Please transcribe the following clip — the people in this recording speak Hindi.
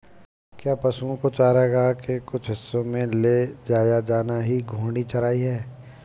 क्या पशुओं को चारागाह के कुछ हिस्सों में ले जाया जाना ही घूर्णी चराई है?